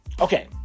okay